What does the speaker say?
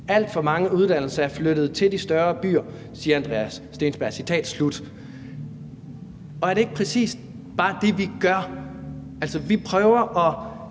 Alt for mange uddannelser er flyttet til de større byer.« Det siger hr. Andreas Steenberg. Er det ikke bare præcis det, vi gør, altså at vi prøver at